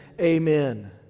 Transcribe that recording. amen